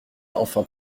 enfin